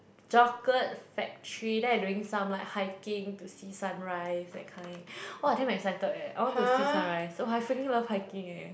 chocolate factory then I doing some like hiking to see sunrise that kind [wah] damn excited eh I want to see sunrise [wah] I freaking love hiking eh